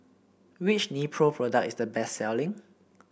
which Nepro product is the best selling